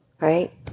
right